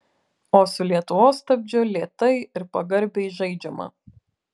o su lietuvos stabdžiu lėtai ir pagarbiai žaidžiama